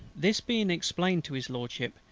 this being explained to his lordship,